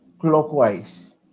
clockwise